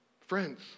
Friends